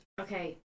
Okay